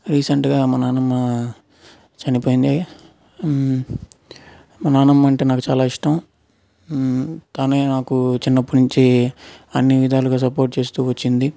రీసెంట్గా మా నానమ్మ చనిపోయింది మా నానమ్మ అంటే నాకు చాలా ఇష్టం తనే నాకు చిన్నప్పటి నుంచి అన్నివిధాలుగా సపోర్ట్ చేస్తూ వచ్చింది